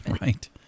right